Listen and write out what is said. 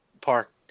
park